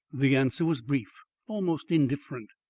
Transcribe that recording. the answer was brief, almost indifferent.